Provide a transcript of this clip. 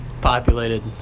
populated